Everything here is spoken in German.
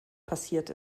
passiert